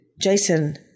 Jason